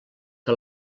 que